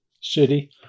city